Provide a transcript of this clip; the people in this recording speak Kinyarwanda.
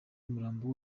umurambo